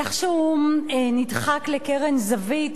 איכשהו נדחק לקרן זווית